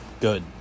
good